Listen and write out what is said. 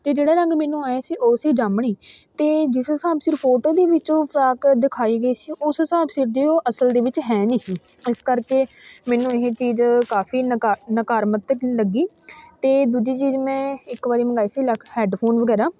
ਅਤੇ ਜਿਹੜਾ ਰੰਗ ਮੈਨੂੰ ਆਂਏਂ ਸੀ ਉਹ ਸੀ ਜਾਮਣੀ ਅਤੇ ਜਿਸ ਹਿਸਾਬ 'ਚ ਫੋਟੋ ਦੇ ਵਿੱਚੋਂ ਫਰੋਕ ਦਿਖਾਈ ਗਈ ਸੀ ਉਸ ਹਿਸਾਬ ਸਿਰ ਦੇ ਉਹ ਅਸਲ ਦੇ ਵਿੱਚ ਹੈ ਨਹੀਂ ਸੀ ਇਸ ਕਰਕੇ ਮੈਨੂੰ ਇਹ ਚੀਜ਼ ਕਾਫੀ ਨਕਾ ਨਕਾਰਾਤਮਕ ਲੱਗੀ ਅਤੇ ਦੂਜੀ ਚੀਜ਼ ਮੈਂ ਇੱਕ ਵਾਰੀ ਮੰਗਵਾਏ ਸੀ ਲੇ ਹੈਡਫੋਨ ਵਗੈਰਾ